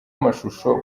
amashusho